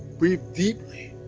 breathe deeply,